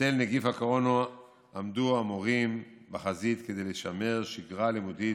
בצל נגיף הקורונה עמדו המורים בחזית כדי לשמר שגרה לימודית